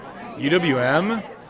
UWM